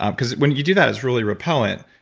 um because when you do that is really repellent.